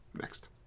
Next